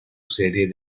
serie